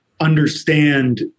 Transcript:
understand